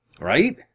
Right